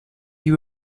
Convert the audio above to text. you